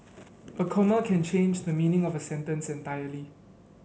a comma can change the meaning of a sentence entirely